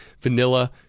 vanilla